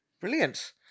Brilliant